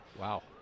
Wow